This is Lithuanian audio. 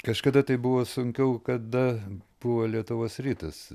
kažkada tai buvo sunkiau kada buvo lietuvos rytas